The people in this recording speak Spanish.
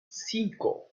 cinco